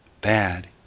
bad